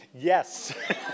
Yes